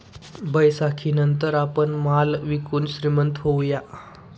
बैसाखीनंतर आपण माल विकून श्रीमंत होऊया